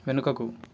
వెనుకకు